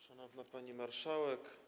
Szanowna Pani Marszałek!